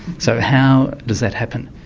so how does that happen?